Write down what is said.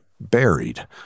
Buried